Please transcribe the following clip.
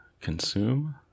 Consume